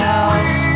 else